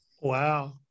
Wow